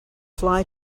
fly